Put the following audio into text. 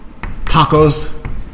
tacos